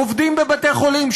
עובדים בבתי חולים,